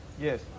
Yes